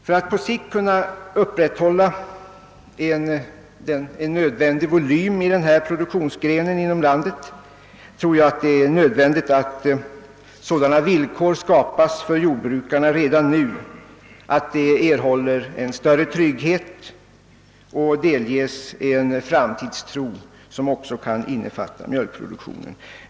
För att på sikt kunna upprätthålla erforderlig volym i denna produktionsgren inom landet tror jag att det är nödvändigt att det redan nu skapas sådana villkor för jordbrukarna, att dessa erhåller större trygghet och en framtidstro även när det gäller mjölkproduktionen.